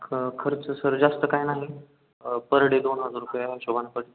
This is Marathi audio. ख खर्च सर जास्त काय नाही पर डे दोन हजार रुपये ह्या हशेबानं पड